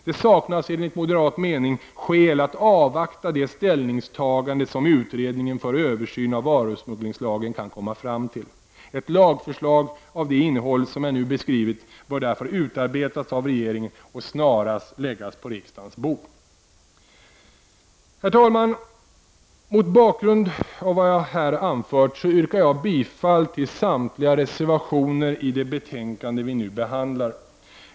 Det saknas enligt moderat mening skäl att avvakta det ställningstagande som utredningen för översyn av varusmugglingslagen kan komma fram till. Ett lagsförslag av det innehåll som jag nu beskrivit bör därför utarbetas av regeringen och snarast läggas på riksdagens bord. Herr talman! Mot bakgrund av vad jag här anfört yrkar jag bifall till samtliga reservationer i det betänkande vi nu behandlar.